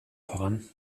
voran